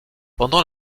pendant